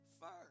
first